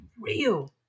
Real